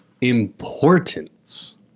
importance